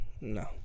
No